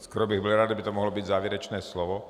Skoro bych byl rád, kdyby to mohlo být závěrečné slovo.